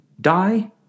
die